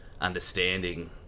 understanding